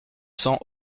cents